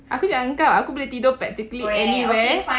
aku cakap dengan kau aku boleh tidur practically anywhere